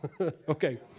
Okay